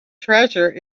treasure